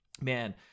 Man